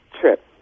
trip